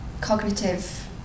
cognitive